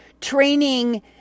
training